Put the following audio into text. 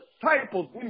disciples